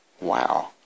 wow